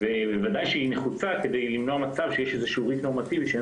והיא בוודאי נחוצה כדי למנוע ריק נורמטיבי שבו אין